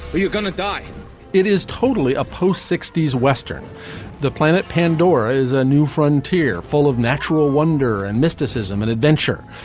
but you're going to die it is totally opposed. sixty s western the planet pandora is a new frontier full of natural wonder and mysticism and adventure.